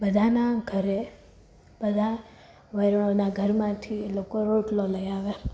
બધાના ઘરે બધા વરોના ઘરમાંથી એ લોકો રોટલો લઈ આવ્યા